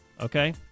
Okay